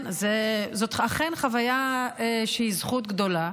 כן, זאת אכן חוויה שהיא זכות גדולה.